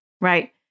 right